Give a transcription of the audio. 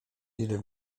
ile